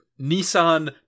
Nissan